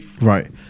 Right